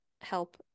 help